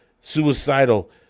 suicidal